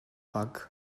баг